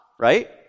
right